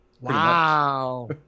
Wow